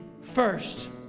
first